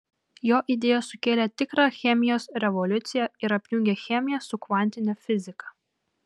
jo idėjos sukėlė tikrą chemijos revoliuciją ir apjungė chemiją su kvantine fiziką